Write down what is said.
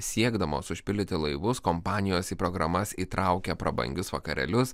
siekdamos užpildyti laivus kompanijos į programas įtraukia prabangius vakarėlius